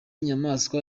nyamaswa